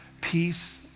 peace